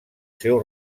seu